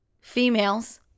females